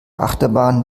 achterbahn